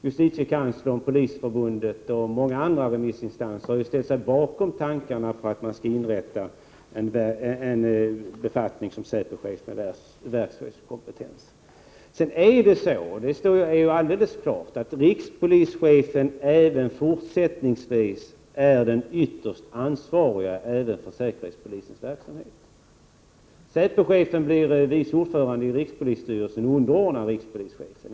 Justitiekanslern, Polisförbundet och många andra remissinstanser har ställt sig bakom tanken på att man skall inrätta en befattning som säpochef med 127 verkschefskompetens. Prot. 1988/89:120 = Vi skall vara alldeles klara över att rikspolischefen även i fortsättningen är 24 maj 1989 den ytterst ansvarige för säkerhetspolisens verksamhet. Säpochefen blir vice I om AR Ordförande i rikspolisstyrelsen och underordnad rikspolischefen.